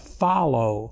follow